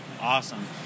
awesome